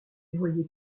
voyait